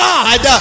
God